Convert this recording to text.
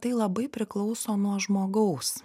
tai labai priklauso nuo žmogaus